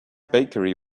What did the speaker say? bakery